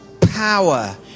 power